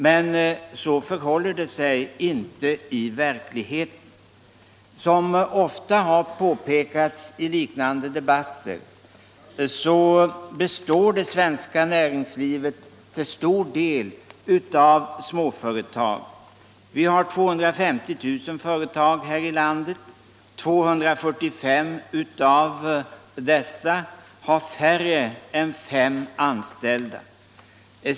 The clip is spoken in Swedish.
Men så förhåller det sig inte i verkligheten. Som ofta har påpekats i liknande debatter består det svenska näringslivet till stor del av småföretag. Vi har 250 000 företag här i landet, och 245 000 av dessa har färre än fem anställda.